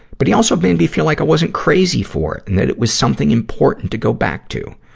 but he also made me feel like i wasn't crazy for it and that it was something important to go back to.